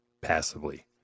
passively